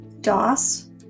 DOS